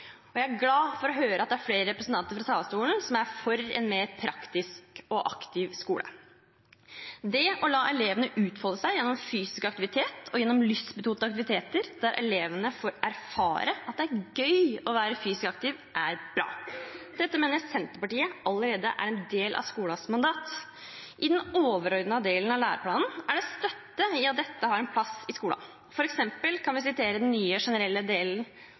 dette. Jeg er glad for å høre at det er flere representanter som fra talerstolen sier de er for en mer praktisk og aktiv skole. Det å la elevene utfolde seg gjennom fysisk aktivitet og gjennom lystbetonte aktiviteter der elevene får erfare at det er gøy å være fysisk aktiv, er bra. Dette mener Senterpartiet allerede er en del av skolens mandat. I den overordnede delen av læreplanen er det støtte i at dette har en plass i skolen, f.eks. kan vi sitere den nye, generelle delen